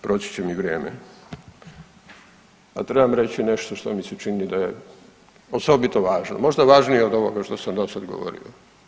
Proći će mi vrijeme, a trebam reći nešto što mi se čini da je osobito važno, možda važnije od ovoga što sam dosad govorio.